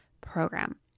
program